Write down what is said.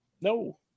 No